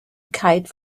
kite